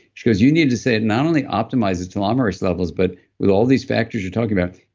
she goes, you need to say it not only optimizes telomerase levels, but with all these factors you're talking about,